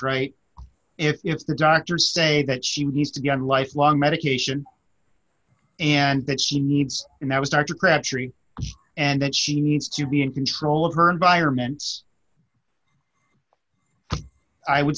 right if the doctors say that she needs to get a life long medication and that she needs and that was dr crabtree and that she needs to be in control of her environments i would